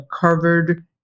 covered